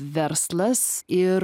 verslas ir